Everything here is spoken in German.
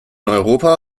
europa